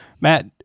Matt